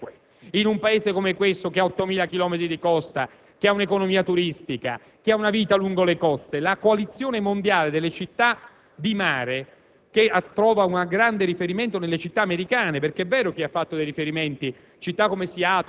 il cambio climatico? Quanto costa ogni centimetro di innalzamento del livello delle acque, in un Paese come questo, con 8.000 chilometri di coste, un'economia turistica e un notevole sviluppo di vita lungo le coste? La coalizione mondiale delle città di mare